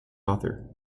author